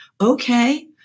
okay